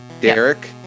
Derek